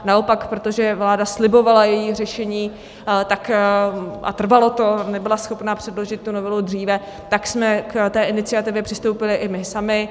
Naopak, protože vláda slibovala její řešení a trvalo to, nebyla schopna předložit tu novelu dříve, tak jsme k té iniciativě přistoupili i my sami.